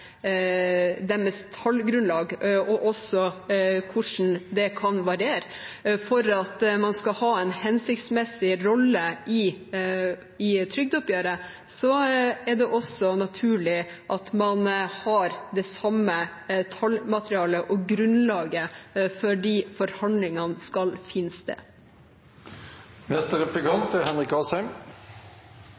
tallgrunnlag og hvordan det kan variere. For at man skal ha en hensiktsmessig rolle i trygdeoppgjøret, er det naturlig at man har det samme tallmaterialet og grunnlaget, før de forhandlingene skal finne sted. Det er